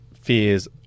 fears